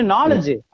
Knowledge